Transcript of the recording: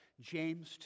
James